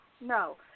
no